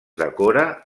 decora